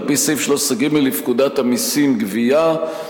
על-פי סעיף 13(ג) לפקודת המסים (גבייה).